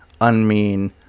unmean